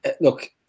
look